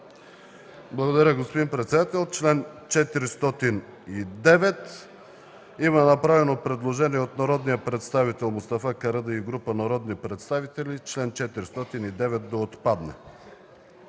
Благодаря, господин председател. Има направено предложение от народния представител Мустафа Карадайъ и група народни представители – чл. 409 отпадне.